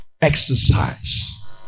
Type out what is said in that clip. exercise